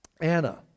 Anna